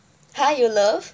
!huh! you love